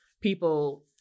people